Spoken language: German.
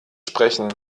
sprechen